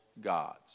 gods